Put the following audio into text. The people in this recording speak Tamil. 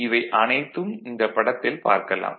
இவை அனைத்தும் இந்தப் படத்தில் பார்க்கலாம்